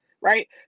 right